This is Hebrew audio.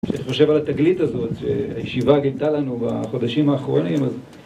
כשאני חושב על התגלית הזאת שהישיבה גילתה לנו בחודשים האחרונים אז